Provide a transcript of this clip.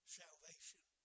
salvation